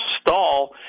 stall